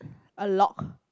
a lock